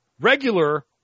regular